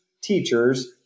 teachers